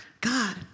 God